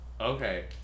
Okay